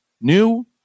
new